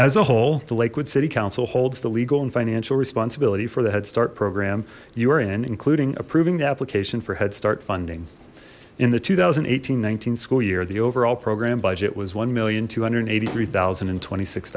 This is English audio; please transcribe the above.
as a whole the lakewood city council holds the legal and financial responsibility for the headstart program you are in including approving the application for headstart funding in the two thousand and eighteen nineteen school year the overall program budget was one million two hundred eighty three thousand and twenty six